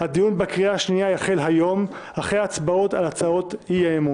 הצבעה בעד, 8 נגד,